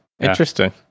Interesting